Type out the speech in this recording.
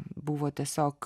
buvo tiesiog